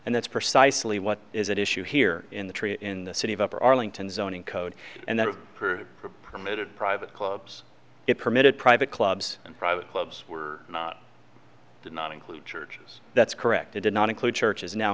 and that's precisely what is that issue here in the tree in the city of upper arlington zoning code and that it permitted private clubs it permitted private clubs and private clubs did not include churches that's correct it did not include churches now